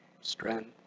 strength